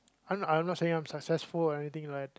I I'm not saying I'm successful or anything like